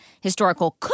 historical